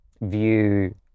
view